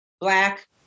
black